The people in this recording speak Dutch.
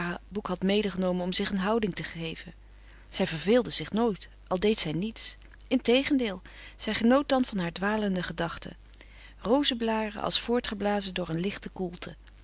boek had medegenomen om zich een houding te geven zij verveelde zich nooit al deed zij niets integendeel zij genoot dan van haar dwalende gedachten rozeblâren als voortgeblazen door een lichte koelte